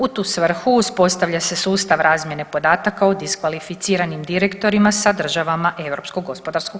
U tu svrhu uspostavlja se sustav razmjene podataka o diskvalificiranim direktorima sa državama EGP.